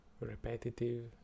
repetitive